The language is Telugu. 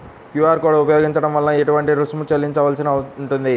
క్యూ.అర్ కోడ్ ఉపయోగించటం వలన ఏటువంటి రుసుం చెల్లించవలసి ఉంటుంది?